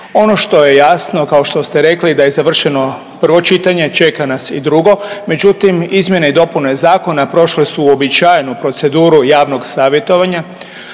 Ono što je jasno kao što ste rekli da je završeno prvo čitanje. Čeka nas i drugo, međutim izmjene i dopune zakona prošle su uobičajenu proceduru javnog savjetovanja.